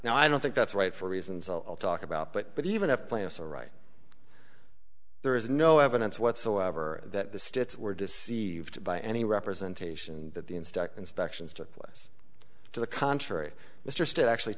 now i don't think that's right for reasons i'll talk about but but even if plaintiffs are right there is no evidence whatsoever that the states were deceived by any representation that the inspector inspections took place to the contrary mr stitt actually